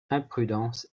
imprudence